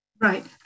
Right